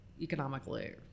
economically